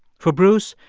for bruce,